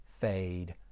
fade